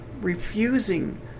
refusing